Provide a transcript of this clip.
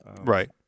Right